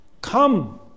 Come